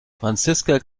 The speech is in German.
franziska